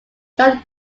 john